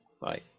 Bye